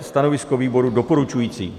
Stanovisko výboru: doporučující.